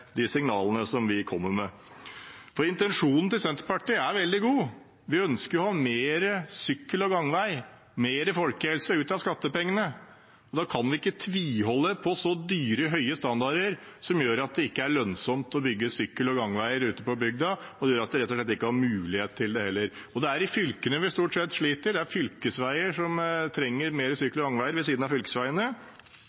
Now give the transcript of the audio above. de signalene som vi kommer med. Intensjonen til Senterpartiet er veldig god. Vi ønsker å ha mer sykkel- og gangvei, mer folkehelse ut av skattepengene. Da kan vi ikke tviholde på så dyre, høye standarder som gjør at det ikke er lønnsomt å bygge sykkel- og gangveier ute på bygda, og gjør at de rett og slett ikke har mulighet til det heller. Det er i fylkene vi stort sett sliter. Det er ved siden av fylkesveiene vi trenger